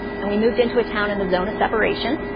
and we moved into a town in the zone of separation.